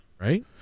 Right